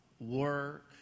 work